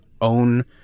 own